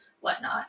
whatnot